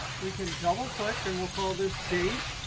we can double-click. and we'll call this date,